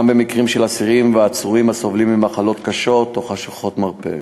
גם במקרים של אסירים ועצורים הסובלים ממחלות קשות או חשוכות מרפא.